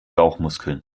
bauchmuskeln